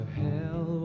hell